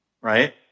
right